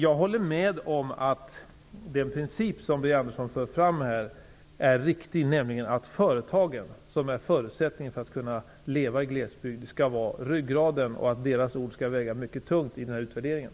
Jag håller med om att det är en riktig princip som Birger Andersson för fram när han säger att företagen är förutsättningen för en levande glesbygd och att deras ord skall väga mycket tungt i utvärderingen.